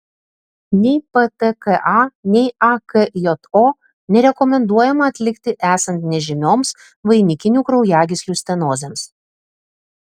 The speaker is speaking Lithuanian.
nei ptka nei akjo nerekomenduojama atlikti esant nežymioms vainikinių kraujagyslių stenozėms